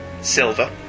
Silver